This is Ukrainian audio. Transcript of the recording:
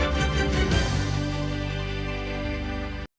Дякую.